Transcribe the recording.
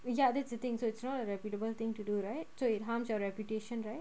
ya that's the thing so it's not a reputable thing to do right so it harms your reputation right